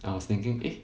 I was thinking eh